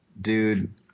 dude